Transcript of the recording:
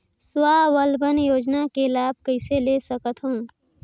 स्वावलंबन योजना के लाभ कइसे ले सकथव?